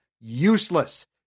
useless